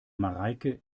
mareike